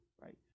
right